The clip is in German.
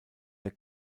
der